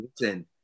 Listen